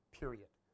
period